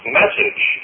message